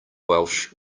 welsh